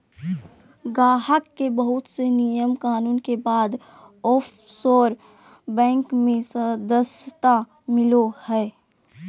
गाहक के बहुत से नियम कानून के बाद ओफशोर बैंक मे सदस्यता मिलो हय